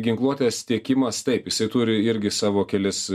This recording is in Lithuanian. ginkluotės tiekimas taip jisai turi irgi savo kelis